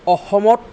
অসমত